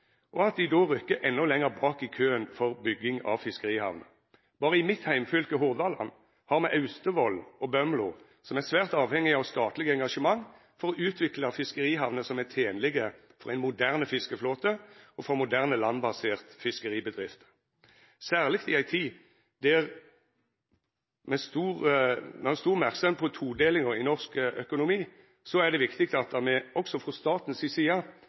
og at dei då rykkjer endå lenger bak i køen for bygging av fiskerihamner. Berre i mitt heimfylke, Hordaland, har me Austevoll og Bømlo, som er svært avhengige av statleg engasjement for å utvikla fiskerihamner som er tenlege for ein moderne fiskeriflåte og moderne landbaserte fiskeribedrifter. Særleg i ei tid med stor merksemd på todelinga i norsk økonomi er det viktig at me også frå staten si side